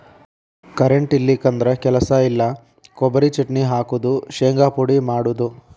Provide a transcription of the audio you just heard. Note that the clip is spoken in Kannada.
ಕರೆಂಟ್ ಇಲ್ಲಿಕಂದ್ರ ಕೆಲಸ ಇಲ್ಲಾ, ಕೊಬರಿ ಚಟ್ನಿ ಹಾಕುದು, ಶಿಂಗಾ ಪುಡಿ ಮಾಡುದು